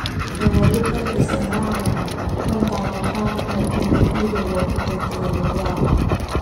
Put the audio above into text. Memerlukan keseimbangan antara hak individu no kepentingan negara.